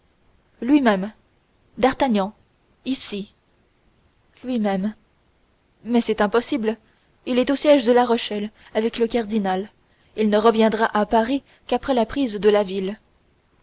lui-même d'artagnan ici lui-même mais c'est impossible il est au siège de la rochelle avec le cardinal il ne reviendra à paris qu'après la prise de la ville